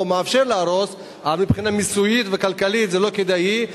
או מאפשר להרוס אבל מבחינה מיסויית וכלכלית זה לא כדאי.